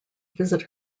visit